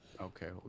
Okay